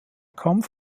kampf